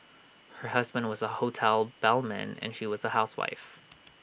her husband was A hotel bellman and she was A housewife